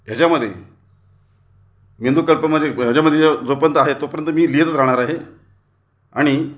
ह्याच्यामध्ये मेंदू कल्पमध्ये ह्याच्यामध्ये जे जोपर्यंत आहे तोपर्यंत मी लिहितच राहणार आहे आणि